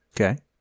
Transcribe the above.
Okay